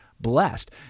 blessed